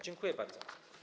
Dziękuję bardzo.